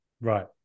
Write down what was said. Right